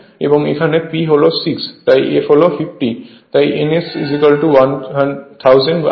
এবং এখানে P হল 6 f হল 50 তাই n S1000 rpm